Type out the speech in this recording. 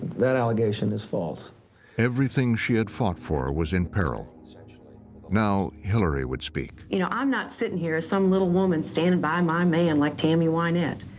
that allegation is false. narrator everything she had fought for was in peril. now hillary would speak. you know, i'm not sitting here, some little woman standing by my man like tammy wynette.